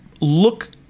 look